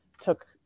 took